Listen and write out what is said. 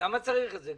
למה צריך את זה?